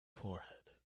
forehead